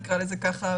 נקרא לזה ככה,